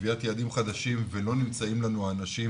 קביעת יעדים חדשים ולא נמצאים לנו האנשים